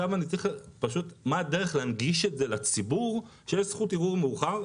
מה הדרך להנגיש את זה לציבור שיש זכות ערעור מאוחרת?